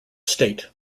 state